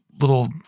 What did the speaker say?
little